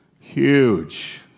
huge